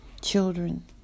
children